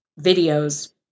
videos